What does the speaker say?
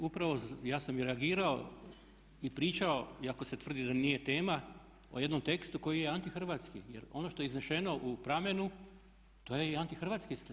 Pa upravo ja sam reagirao i pričao iako se tvrdi da nije tema o jednom tekstu koji je antihrvatski, jer ono što je iznešeno u Pramenu to je i antihrvatski isto.